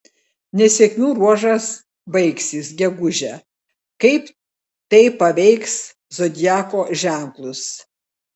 nesėkmių ruožas baigsis gegužę kaip tai paveiks zodiako ženklus